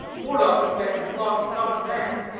moredock's band lost not a man.